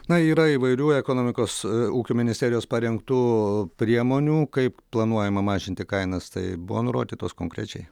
na yra įvairių ekonomikos ūkio ministerijos parengtų priemonių kaip planuojama mažinti kainas tai buvo nurodytos konkrečiai